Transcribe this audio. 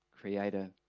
Creator